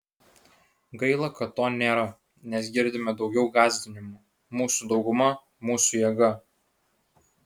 gaila kad to nėra nes girdime daugiau gąsdinimų mūsų dauguma mūsų jėga